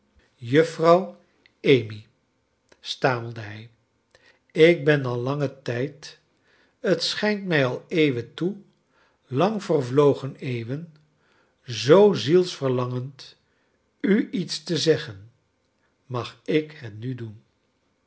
juffrouw amy stamelde hij ik ben al langen tijd t schijnt mij al eeuwen toe lang vervlogen eeuwen zoo zielsveriangend u iets te zeggen mag ik het nu doen